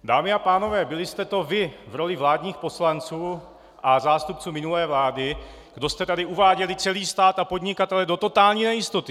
Dámy a pánové, byli jste to vy v roli vládních poslanců a zástupců minulé vlády, kdo jste tady uváděli celý stát a podnikatele do totální nejistoty.